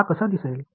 हा कसा दिसेल